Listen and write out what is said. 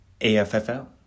affl